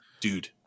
dude